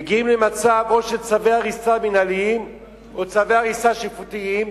מגיעים למצב או של צווי הריסה מינהליים או צווי הריסה שיפוטיים,